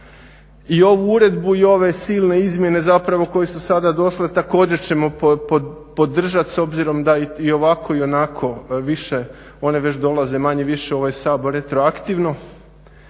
i ovu uredbu i ove silne izmjene koje su zapravo došle također ćemo podržati s obzirom da i ovako i onako više one već dolaze manje-više u ovaj Sabor retroaktivno.